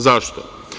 Zašto?